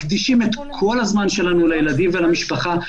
מקדישים את כל הזמן שלנו לילדים ולמשפחה.